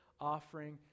offering